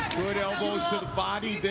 good elbows to the bodies.